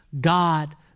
God